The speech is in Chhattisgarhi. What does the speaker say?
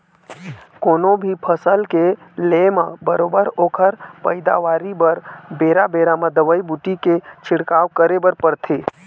कोनो भी फसल के ले म बरोबर ओखर पइदावारी बर बेरा बेरा म दवई बूटी के छिड़काव करे बर परथे